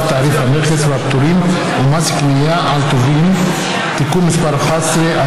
תעריף המכס והפטורים ומס קנייה על טובין (תיקון מס' 11),